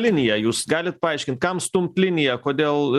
liniją jūs galit paaiškint kam stumt liniją kodėl